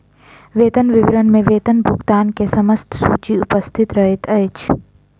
वेतन विवरण में वेतन भुगतान के समस्त सूचि उपस्थित रहैत अछि